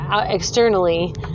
externally